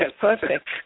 perfect